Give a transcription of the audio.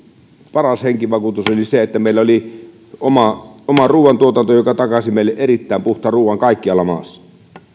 paras henkivakuutus oli se että meillä oli oma oma ruuantuotanto joka takasi meille erittäin puhtaan ruuan kaikkialla maassa